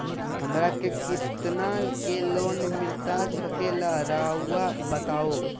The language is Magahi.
हमरा के कितना के लोन मिलता सके ला रायुआ बताहो?